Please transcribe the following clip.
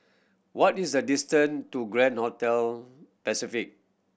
what is the distant to Grand Hotel Pacific